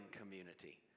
community